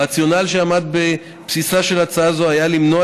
הרציונל שעמד בבסיסה של הצעה זו היה למנוע